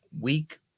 Week